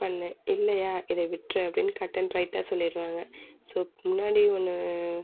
பண்ணு இல்லையா இதை விட்டுரு அப்படின்னு கட் அண்ட் ரைட்டாக சொல்லிடுவாங்க ஸோ முன்னாடி ஒன்று